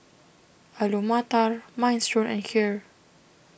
Alu Matar Minestrone and Kheer